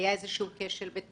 שבהם היה איזה שהוא כשל של